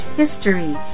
history